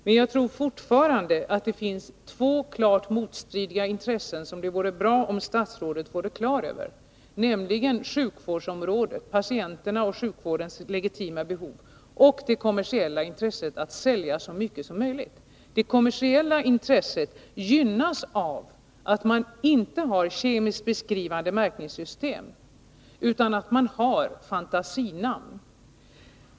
Men jag tror fortfarande att det finns två klart motstridiga intressen, som det vore bra om statsrådet vore medveten om, nämligen sjukvårdsområdets, patienternas och sjukvårdens legitima behov resp. det kommersiella intresset att sälja så mycket som möjligt. Det kommersiella intresset gynnas av att man inte har kemiskt beskrivande märkningssystem utan fantasinamn.